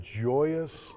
joyous